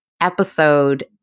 episode